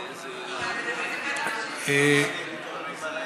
לא, הם מדברים אחד עם השני.